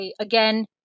Again